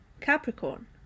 Capricorn